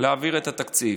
להעביר את התקציב.